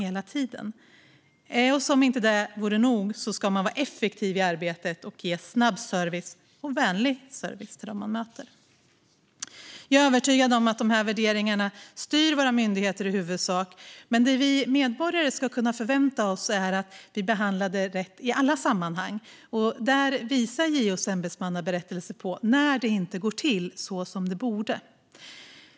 Som om detta inte vore nog ska man även vara effektiv i arbetet och ge snabb och vänlig service till dem man möter. Jag är övertygad om att dessa värderingar i huvudsak styr våra myndigheter, men vi medborgare ska kunna förvänta oss att bli behandlade rätt i alla sammanhang. Här visar JO:s ämbetsmannaberättelse på när det inte går till som det borde.